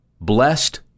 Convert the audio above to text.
Blessed